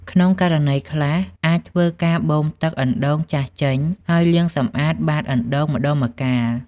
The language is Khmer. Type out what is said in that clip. ក្នុងករណីខ្លះ អាចធ្វើការបូមទឹកអណ្ដូងចាស់ចេញ ហើយលាងសម្អាតបាតអណ្ដូងម្តងម្កាល។